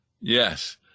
Yes